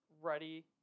ready